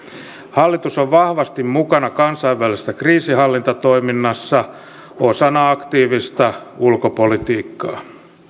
hallitus on vahvasti mukana kansainvälisessä kriisinhallintatoiminnassa osana aktiivista ulkopolitiikkaa